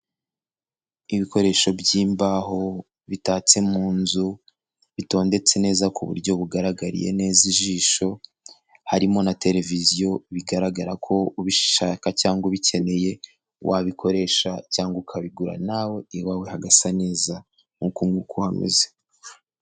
Mu rwanda hari abacururiza ku ikoranabuhanga nko mu Rukari. Wabagana ugatuma ibyo ukeneye byose bakabikugezaho utiriwe uva aho uherereye guhaha wifashishije ikoranabuhanga na byo ni byiza biradufasha.